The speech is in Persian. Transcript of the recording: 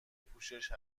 پوشش